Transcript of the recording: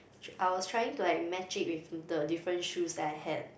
I was trying to like match it with the different shoes that I had